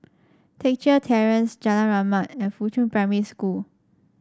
Teck Chye Terrace Jalan Rahmat and Fuchun Primary School